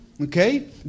okay